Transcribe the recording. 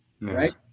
Right